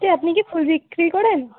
এই আপনি কি ফুল বিক্রি করেন